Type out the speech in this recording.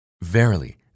Verily